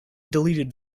deleted